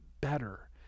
better